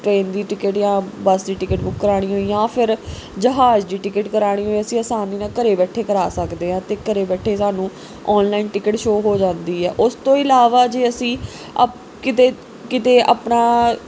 train ਦੀ ticket ਜਾਂ bus ਦੀ ਟਿਕਟ ਬੁੱਕ ਕਰਵਾਉਣੀ ਹੋਈ ਜਾਂ ਫਿਰ ਜਹਾਜ਼ ਦੀ ਟਿਕਟ ਕਰਵਾਉਣੀ ਹੋਈ ਅਸੀਂ ਅਸਾਨੀ ਨਾਲ ਘਰ ਬੈਠੇ ਕਰਵਾ ਸਕਦੇ ਹਾਂ ਅਤੇ ਘਰ ਬੈਠੇ ਸਾਨੂੰ ਔਨਲਾਈਨ ਟਿਕਟ ਸ਼ੋਅ ਹੋ ਜਾਂਦੀ ਆ ਉਸ ਤੋਂ ਇਲਾਵਾ ਜੇ ਅਸੀਂ ਅਪ ਕਿਤੇ ਕਿਤੇ ਆਪਣਾ